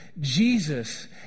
Jesus